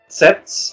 sets